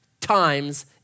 times